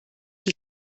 die